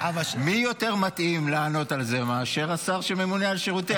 מי יותר מתאים לענות על זה מאשר השר שממונה על שירותי הדת?